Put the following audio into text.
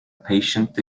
patient